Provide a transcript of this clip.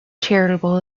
charitable